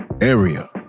area